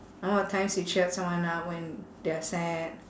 number of times you cheered someone up when they're sad